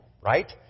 right